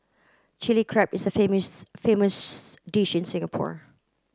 Chilli Crab is a dish in Singapore